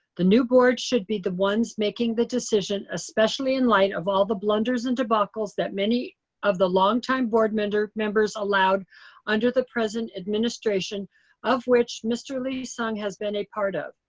the new board should be the ones making the decision, especially in light of all the blunders and debacles that many of the longtime board members allowed under the present administration of which mr. lee-sung has been a part of.